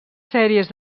sèries